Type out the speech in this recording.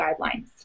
guidelines